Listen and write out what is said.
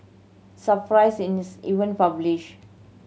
surprised in even published